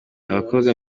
abakobwa